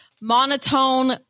monotone